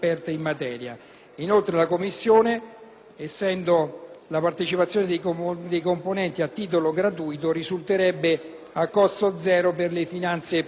essendo la partecipazione dei componenti a titolo gratuito, risulterebbe a costo zero per le finanze pubbliche: